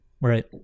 Right